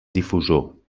difusor